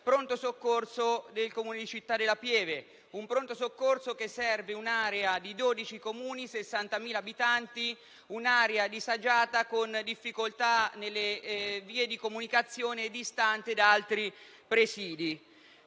pronto soccorso del Comune di Città della Pieve; un pronto soccorso che serve un'area di 12 Comuni, 60.000 abitanti, un'area disagiata, con difficoltà nelle vie di comunicazione e distante da altri presidi.